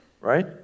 Right